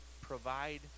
provide